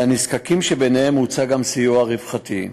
לנזקקים שבהם הוצע סיוע רווחתי.